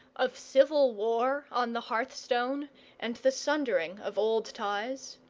of civil war on the hearthstone and the sundering of old ties?